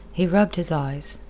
he rubbed his eyes,